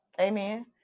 amen